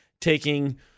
taking